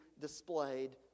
displayed